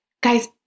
Guys